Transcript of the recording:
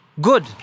Good